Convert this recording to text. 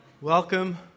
Welcome